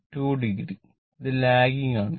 2 o ഇത് lagging ആണ്